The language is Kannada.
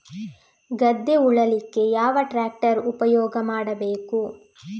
ಗದ್ದೆ ಉಳಲಿಕ್ಕೆ ಯಾವ ಟ್ರ್ಯಾಕ್ಟರ್ ಉಪಯೋಗ ಮಾಡಬೇಕು?